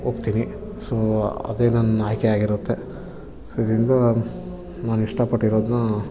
ಹೋಗ್ತೀನಿ ಸೊ ಅದೇ ನನ್ನ ಆಯ್ಕೆಯಾಗಿರುತ್ತೆ ಇದರಿಂದ ನಾನು ಇಷ್ಟಪಟ್ಟಿರೋದನ್ನ